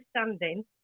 understanding